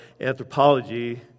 anthropology